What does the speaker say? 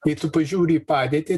jei tu pažiūri į padėtį